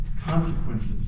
consequences